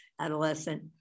adolescent